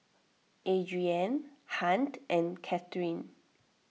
Adrienne Hunt and Kathyrn